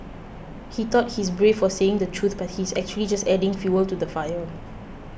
he thought he's brave for saying the truth but he's actually just adding fuel to the fire